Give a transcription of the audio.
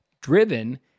Driven